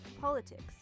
politics